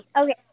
Okay